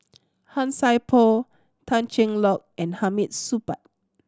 Han Sai Por Tan Cheng Lock and Hamid Supaat